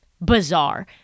bizarre